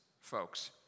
folks